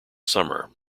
summer